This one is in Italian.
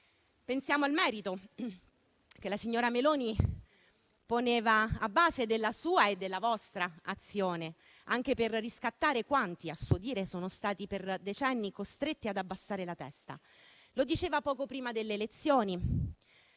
Pensiamo al merito, che la signora Meloni poneva a base della sua e della vostra azione, anche per riscattare quanti, a suo dire, sono stati per decenni costretti ad abbassare la testa. Lo diceva poco prima delle elezioni,